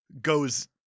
Goes